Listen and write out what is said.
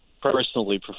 personally